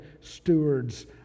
stewards